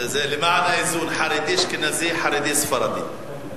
וזה למען האיזון, חרדי אשכנזי, חרדי ספרדי.